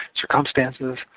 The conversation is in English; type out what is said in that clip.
Circumstances